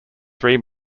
three